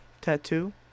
tattoo